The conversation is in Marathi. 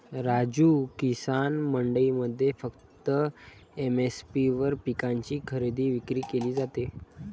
राजू, किसान मंडईमध्ये फक्त एम.एस.पी वर पिकांची खरेदी विक्री केली जाते